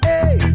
Hey